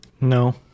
no